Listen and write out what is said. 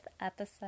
episode